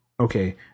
okay